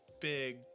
big